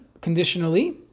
conditionally